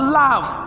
love